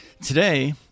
Today